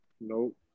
Nope